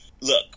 Look